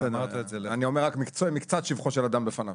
--- אני אומר רק מקצת שבחו של אדם בפניו.